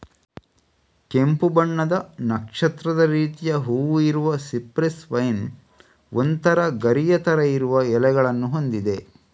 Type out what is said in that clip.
ಕೆಂಪು ಬಣ್ಣದ ನಕ್ಷತ್ರದ ರೀತಿಯ ಹೂವು ಇರುವ ಸಿಪ್ರೆಸ್ ವೈನ್ ಒಂತರ ಗರಿಯ ತರ ಇರುವ ಎಲೆಗಳನ್ನ ಹೊಂದಿದೆ